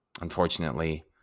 Unfortunately